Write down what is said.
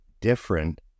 different